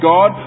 God